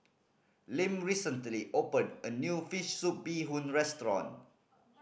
Lim recently opened a new fish soup bee hoon restaurant